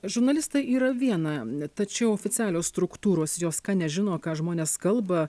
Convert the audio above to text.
žurnalistai yra viena net tačiau oficialios struktūros jos ką nežino ką žmonės kalba